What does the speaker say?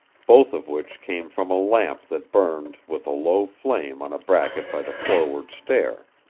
both of which came from a lamp that burned with a low flame on a bracket by the forward stair.